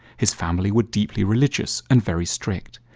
his family were deeply religious and very strict.